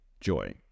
joy